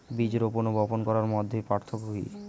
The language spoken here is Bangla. বীজ রোপন ও বপন করার মধ্যে পার্থক্য কি?